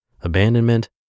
abandonment